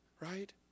Right